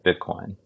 Bitcoin